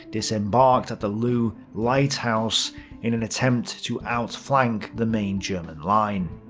disembarked at the lou lighthouse in an attempt to outflank the main german line.